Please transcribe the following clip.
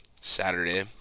Saturday